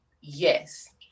yes